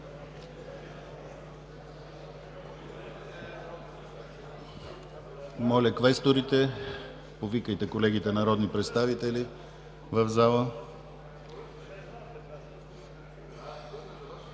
Моля, квесторите, повикайте колегите народни представители в залата.